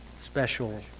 special